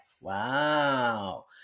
Wow